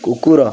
କୁକୁର